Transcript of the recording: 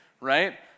right